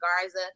Garza